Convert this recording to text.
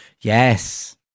Yes